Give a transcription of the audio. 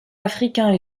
africains